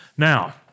Now